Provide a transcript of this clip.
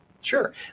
Sure